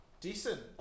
decent